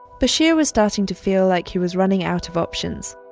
bashir was starting to feel like he was running out of options.